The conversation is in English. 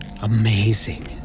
amazing